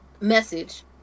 message